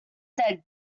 said